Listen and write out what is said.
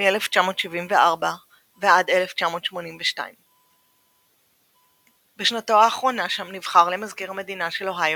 מ-1974 ועד 1982. בשנתו האחרונה שם נבחר למזכיר המדינה של אוהיו,